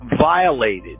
violated